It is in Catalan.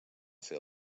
ser